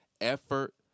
effort